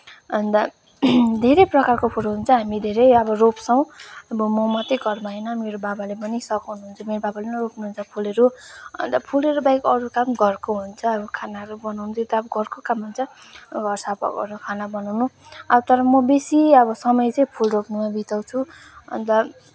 अन्त धेरै प्रकारको फुलहरू हुन्छ हामी धेरै अब रोप्छौँ अब म मात्रै घरमा होइन मेरो बाबाले पनि सघाउनु हुन्छ मेरो बाबाले पनि रोप्नुहुन्छ फुलहरू अन्त फुलहरू बाहेक अरू काम घरको हुन्छ अब खानाहरू बनाउनु चाहिँ अब घरको काम हुन्छ घर सफा गर्यो खाना बनाउनु तर म बेसी अब समय चाहिँ फुल रोप्नमा बिताउँछु अन्त